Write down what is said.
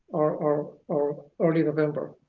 or or early november.